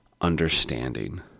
understanding